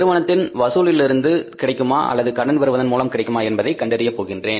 நிறுவனத்தின் வசூலில் இருந்து கிடைக்குமா அல்லது கடன் பெறுவதன் மூலம் கிடைக்குமா என்பதை கண்டறிய போகின்றேன்